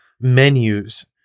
menus